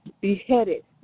beheaded